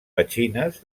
petxines